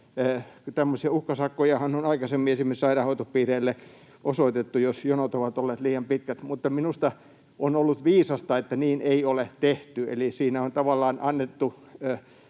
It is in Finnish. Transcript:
tämmöisiä uhkasakkojahan on aikaisemmin esimerkiksi sairaanhoitopiireille osoitettu, jos jonot ovat olleet liian pitkät — mutta minusta on ollut viisasta, että niin ei ole tehty, eli siinä on tavallaan ymmärretty